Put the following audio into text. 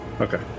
Okay